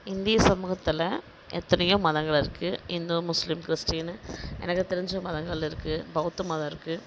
இந்திய சமூகத்தில் எத்தனையோ மதங்கள் இருக்குது இந்து முஸ்லீம் கிறிஸ்டீன் எனக்குத் தெரிஞ்ச மதங்கள் இருக்குது பௌத்த மதம் இருக்குது